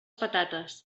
patates